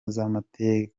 z’amategeko